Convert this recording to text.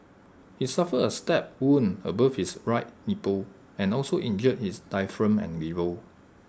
he suffered A stab wound above his right nipple and also injured his diaphragm and liver